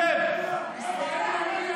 שב.